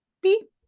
beep